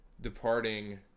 departing